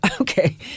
Okay